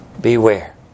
Beware